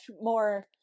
more